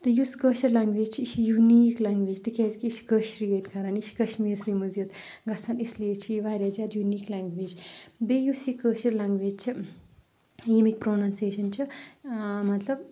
تہٕ یُس کٲشِر لیٚنگویج چھِ یہِ چھِ یوٗنیٖق لیٚنگویج تِکیازِ یہِ چھِ کٲشرٕے یٲتۍ کَران یہِ چھِ کَشمیٖرسٕے منز یوت گژھان اِسلے چھِ یہِ واریاہ زیادٕ یوٗنیٖق لیٚنگویج بیٚیہِ یُس یہِ کٲشِر لیٚنگویج چھِ ییٚمِکۍ پروننسیشَن چھِ مَطلب